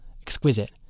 Exquisite